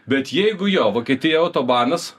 bet jeigu jo vokietija autobanas